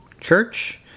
church